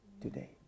today